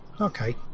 Okay